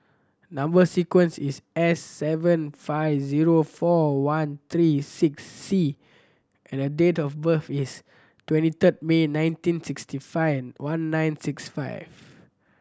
number sequence is S seven five zero four one three six C and date of birth is twenty third May nineteen sixty five one nine six five